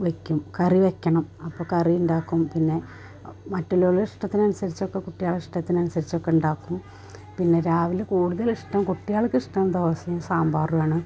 വെയ്ക്കും കറി വെയ്ക്കണം അപ്പം കറിയുണ്ടാക്കും പിന്നെ മറ്റുള്ളവരുടെ ഇഷ്ടത്തിനനുസരിച്ചൊക്കെ കൂട്ടികളുടിഷ്ടത്തിനനുസരിച്ചൊക്കെ ഉണ്ടാക്കും പിന്നെ രാവിലെ കൂടുതലിഷ്ടം കുട്ടികൾക്കിഷ്ടം ദോശയും സാമ്പാറുമാണ്